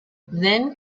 then